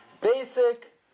basic